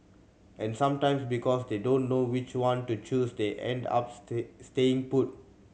and sometimes because they don't know which one to choose they end up stay staying put